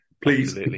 Please